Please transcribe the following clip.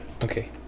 Okay